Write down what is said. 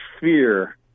fear